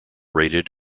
rated